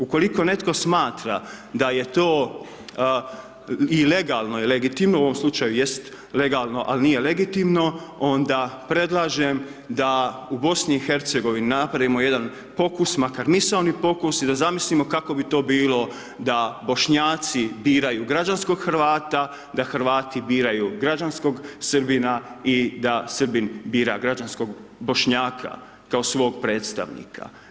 Ukoliko netko smatra da je to i legalno i legitimno u ovom slučaju jest legalno ali nije legitimno onda predlažem da u BIH napravimo jedan pokus makar misaoni pokus i da zamislimo kako bi to bilo da Bošnjaci biraju građanskog Hrvata, da Hrvati biraju građanskog Srbina i da Srbin bira građanskog Bošnjaka kao svog predstavnika.